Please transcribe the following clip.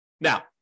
Now-